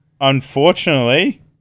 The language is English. Unfortunately